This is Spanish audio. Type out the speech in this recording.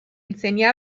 enseña